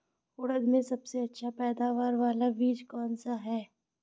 उड़द में सबसे अच्छा पैदावार वाला बीज कौन सा है?